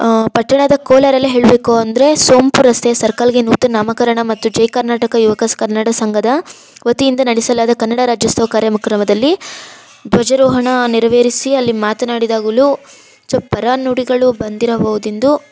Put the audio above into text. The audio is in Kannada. ಪಟ್ಟಣದ ಕೋಲಾರಲ್ಲೇ ಹೇಳಬೇಕು ಅಂದರೆ ಸೋಂಪು ರಸ್ತೆ ಸರ್ಕಲ್ಗೆ ನೂತನ ನಾಮಕರಣ ಮತ್ತೆ ಜೈ ಕರ್ನಾಟಕ ಯುವಕಾಸ್ ಕನ್ನಡ ಸಂಘದ ವತಿಯಿಂದ ನಡೆಸಲಾದ ಕನ್ನಡ ರಾಜ್ಯೋತ್ಸವ ಕಾರ್ಯಕ್ರಮದಲ್ಲಿ ಧ್ವಜಾರೋಹಣ ನೆರವೇರಿಸಿ ಅಲ್ಲಿ ಮಾತನಾಡಿದಾಗಲೂ ಪರ ನುಡಿಗಳು ಬಂದಿರಬಹುದೆಂದು